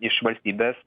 iš valstybės